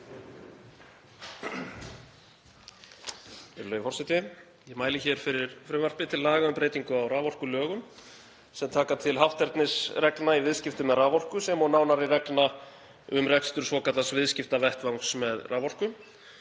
Ég mæli hér fyrir frumvarpi til laga um breytingu á raforkulögum sem taka til hátternisreglna í viðskiptum með raforku sem og nánari reglna um rekstur svokallaðs viðskiptavettvangs með raforku.